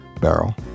barrel